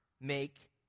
make